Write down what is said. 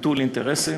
שהוא